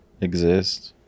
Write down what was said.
exist